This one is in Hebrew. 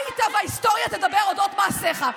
וההיסטוריה תדבר על אודות מעשיך.